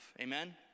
amen